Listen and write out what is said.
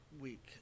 week